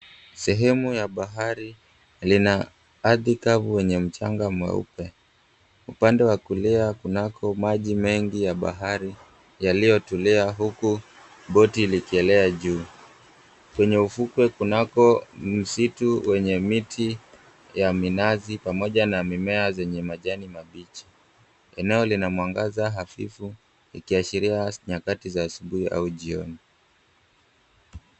Sehemu ya bahari lina ardhi kavu wenye mchanga mweupe. Upande wa kulia kunako maji mengi ya bahari yaliyotulia huku boti likielea juu. Kwenye ufukwe kunako msitu wenye miti ya minazi pamoja na mimea zenye majani mabichi. Eneo lina mwangaza hafifu ikiashiria nyakati za asubuhi au jioni.